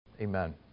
Amen